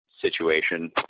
situation